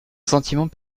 sentiment